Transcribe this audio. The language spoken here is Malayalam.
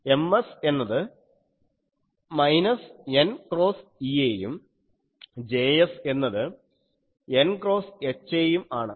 Ms എന്നത് മൈനസ് n ക്രോസ് Ea യും Js എന്നത് n ക്രോസ് Ha ആണ്